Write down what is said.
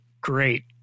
great